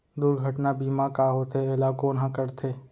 दुर्घटना बीमा का होथे, एला कोन ह करथे?